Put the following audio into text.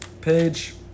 Page